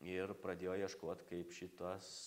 ir pradėjo ieškot kaip šitas